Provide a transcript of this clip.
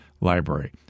library